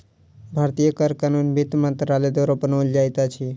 भारतीय कर कानून वित्त मंत्रालय द्वारा बनाओल जाइत अछि